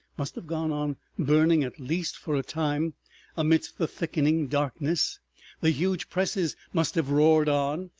must have gone on burning at least for a time amidst the thickening darkness the huge presses must have roared on,